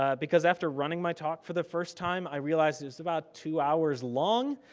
ah because after running my talk for the first time i realized it was about two hours long